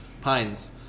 Pines